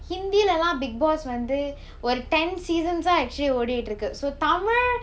hindi lah லாம்:laam bigg boss வந்து ஒரு:vanthu oru ten seasons ah actually ஓடிக்கிட்டு இருக்கு:odikkittu irukku so tamil